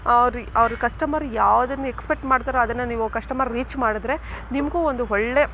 ಅವ್ರಿಗೆ ಅವರ ಕಸ್ಟಮರ್ ಯಾವುದನ್ನ ಎಕ್ಸ್ಪೆಕ್ಟ್ ಮಾಡ್ತಾರೋ ಅದನ್ನೇ ನೀವು ಕಸ್ಟಮರ್ ರೀಚ್ ಮಾಡಿದರೆ ನಿಮಗೂ ಒಂದು ಒಳ್ಳೆ